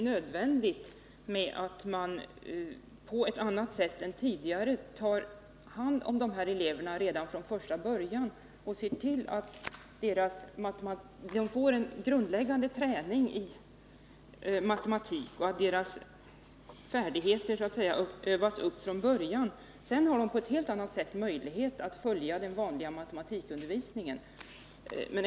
nödvändigt att på ett annat sätt än tidigare redan från första början ta hand om dessa elever och se till att de får en grundläggande träning i matematik och att deras färdigheter övas upp. Sedan har de på ett helt annat sätt möjlighet att följa den vanliga matematikundervisningen.